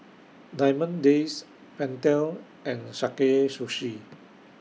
Diamond Days Pentel and Sakae Sushi